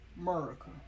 America